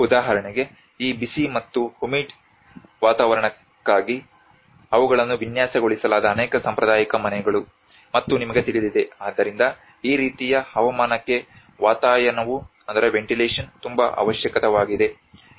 ಉದಾಹರಣೆಗೆ ಈ ಬಿಸಿ ಮತ್ತು ಹುಮಿಡ್ ವಾತಾವರಣಕ್ಕಾಗಿ ಅವುಗಳನ್ನು ವಿನ್ಯಾಸಗೊಳಿಸಲಾದ ಅನೇಕ ಸಾಂಪ್ರದಾಯಿಕ ಮನೆಗಳು ಮತ್ತು ನಿಮಗೆ ತಿಳಿದಿದೆ ಆದ್ದರಿಂದ ಈ ರೀತಿಯ ಹವಾಮಾನಕ್ಕೆ ವಾತಾಯನವು ತುಂಬಾ ಅವಶ್ಯಕವಾಗಿದೆ